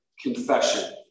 confession